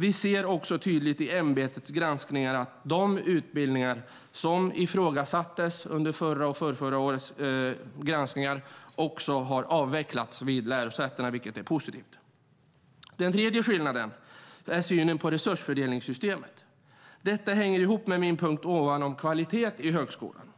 Vi ser också tydligt i ämbetets granskningar att de utbildningar som ifrågasattes under förra och förrförra årets granskningar har avvecklats vid lärosätena, vilket är positivt. Den tredje skillnaden är synen på resursfördelningssystemet. Detta hänger ihop med min punkt om kvalitet i högskolan.